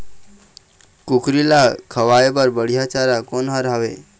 कुकरी ला खवाए बर बढीया चारा कोन हर हावे?